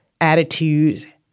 attitudes